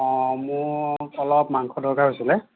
অঁ মোক অলপ মাংসৰ দৰকাৰ হৈছিল